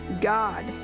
God